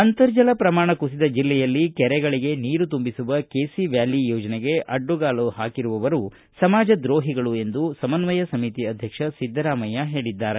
ಅಂತರ್ಜಲ ಪ್ರಮಾಣ ಕುಸಿದ ಜಿಲ್ಲೆಯಲ್ಲಿ ಕೆರೆಗಳಿಗೆ ನೀರು ತುಂಬಿಸುವ ಕೆಸಿ ವ್ಯಾಲಿ ಯೋಜನೆಗೆ ಅಡ್ಡಗಾಲು ಹಾಕಿರುವವರು ಸಮಾಜ ದ್ರೋಹಿಗಳು ಎಂದು ಸಮನ್ವಯ ಸಮಿತಿ ಅಧ್ಯಕ್ಷ ಸಿದ್ದರಾಮಯ್ಯ ಹೇಳಿದ್ದಾರೆ